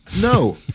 No